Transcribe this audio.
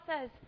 says